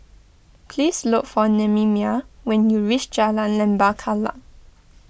please look for Nehemiah when you reach Jalan Lembah Kallang